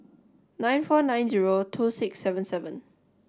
nine four nine zero two six seven seven